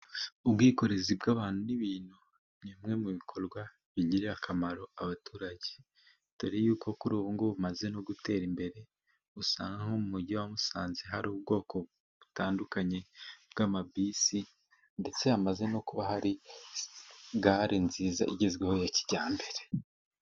Ubwikorezi bw'abantu n'ibintu ni bimwe mu bikorwa bigirira akamaro abaturage, dore yuko kuri ubungubu bumaze no gutera imbere , usanga nko mu mujyi wa Musanze. Hari ubwoko butandukanye bw'amabisi ndetse hamaze no kuba hari gare nziza igezweho ya kijyambere.